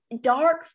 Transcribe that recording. dark